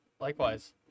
Likewise